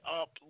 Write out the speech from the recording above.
up